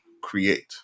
create